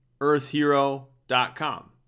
EarthHero.com